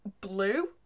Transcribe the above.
blue